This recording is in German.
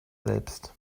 selbst